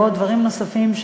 ודברים נוספים,